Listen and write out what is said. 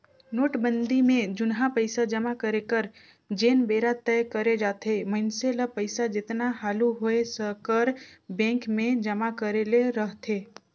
नोटबंदी में जुनहा पइसा जमा करे कर जेन बेरा तय करे जाथे मइनसे ल पइसा जेतना हालु होए सकर बेंक में जमा करे ले रहथे